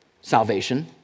salvation